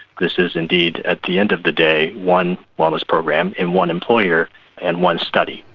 this is indeed, at the end of the day, one wellness program and one employer and one study.